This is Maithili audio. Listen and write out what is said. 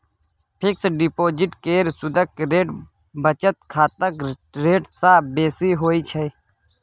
फिक्स डिपोजिट केर सुदक रेट बचत खाताक रेट सँ बेसी होइ छै